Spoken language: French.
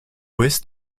ouest